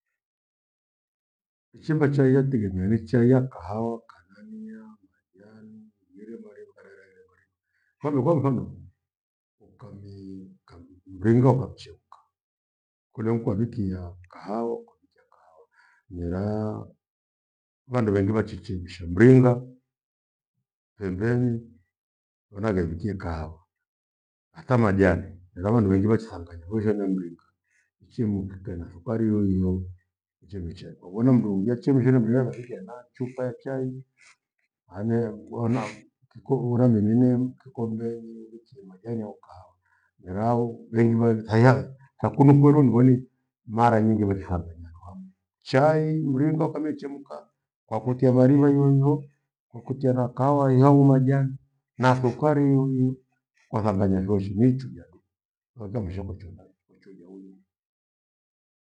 Ishimba chai yategemea ni chai ya kahawa kana niya majani ighire mbare ukarera ire mariva. Kwandu kwa mfano, ukami ukam- mringa ukamchemka khole nkwavikia kahawa, ukwavikia kahawa miraa, vandu vengi vachishemsha mringa pembeni wanaghewikie kahawa. Ata majani mira vandu vengi vathisanganya wosheai na mringa ichimukike na thukari iwe hiyo ichemichemi huona mndu mwingie chemshia mringa kawikia ena chupa ya chai anee mbona kikuhura mimi nimkikombe niwiwikie majani au kahawa mirau vengi vathi thiaga kakunu kweru nimbonie mara nyingi vechithangana handu hamwi. Chai mringa ukamichemka kwakutia mariva hivohivo kwakutia na kahawa hia hangu majani na thukari hiyohiyo kwathanganya vyoshe niichuja du kwaeka mashogho choma wechuja huyu